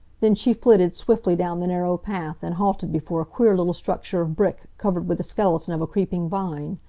then she flitted swiftly down the narrow path, and halted before a queer little structure of brick, covered with the skeleton of a creeping vine.